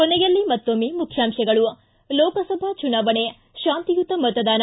ಕೊನೆಯಲ್ಲಿ ಮತ್ತೊಮ್ಮೆ ಮುಖ್ಯಾಂಶಗಳು ಿ ಲೋಕಸಭಾ ಚುನಾವಣೆ ಶಾಂತಿಯುತ ಮತದಾನ